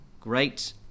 Great